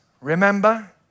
remember